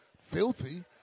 filthy